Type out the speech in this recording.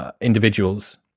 individuals